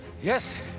Yes